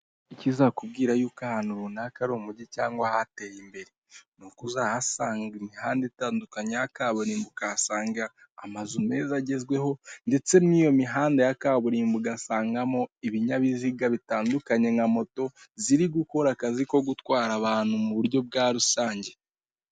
Ikizakubwira yuko' ahantu runaka ari umujyi cyangwa hateye imbere ni uko uzahasanga imihanda itandukanye kaburimbo ukahasanga amazu meza agezweho ndetse n'iyo mihanda ya kaburimbo ugasangamo ibinyabiziga bitandukanye nka moto ziri gukora akazi ko gutwara abantu mu buryo bwa rusange.